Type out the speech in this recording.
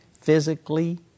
physically